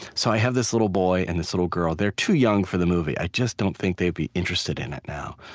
so i have this little boy and this little girl. they're too young for the movie i just don't think they'd be interested in it now.